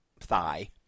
thigh